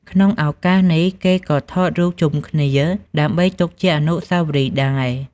ក្នុងឱកាសនេះ គេក៏ថតរូបជុំគ្នាដើម្បីទុកជាអនុស្សាវរីយ៍ដែរ។